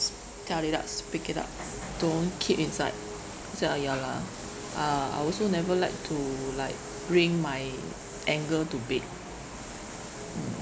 tell it out speak it up don't keep inside I said uh ya lah uh I also never like to like bring my anger to bed mm